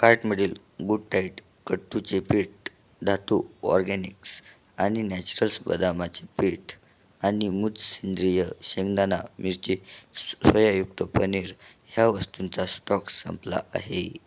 कार्टमधील गुडडाएट कुट्टुचे पीठ धातू ऑर्गेनिक्स आणि नॅचरल्स बदामाचे पीठ आणि मूझ सेंद्रिय शेंगदाणा मिरची सोयायुक्त पनीर ह्या वस्तूंचा स्टॉक संपला आहे